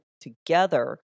together